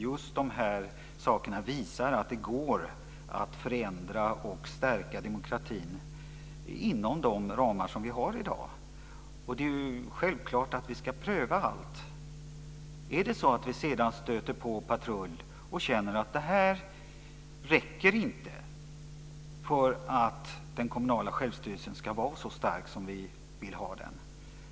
Just de här sakerna visar att det går att förändra och stärka demokratin inom de ramar som vi har i dag. Det är självklart att vi ska pröva allt. Det kan hända att vi stöter på patrull och känner att det här inte räcker för att den kommunala självstyrelsen ska vara så stark som vi vill ha den.